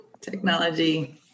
Technology